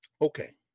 Okay